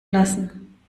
lassen